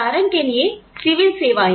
उदाहरण के लिए सिविल सेवाएं